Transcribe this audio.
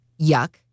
yuck